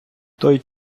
той